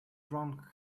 drank